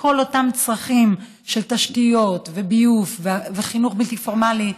כל אותם צרכים של תשתיות וביוב וחינוך בלתי פורמלי,